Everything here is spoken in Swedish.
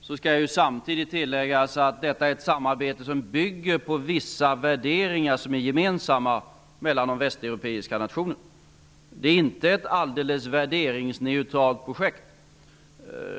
skall samtidigt tilläggas att detta är ett samarbete som bygger på vissa värderingar som är gemensamma mellan de Västeuropeiska nationerna. Det är inte ett alldeles värderingsneutralt projekt.